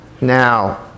Now